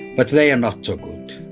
but they are not too good.